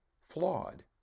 flawed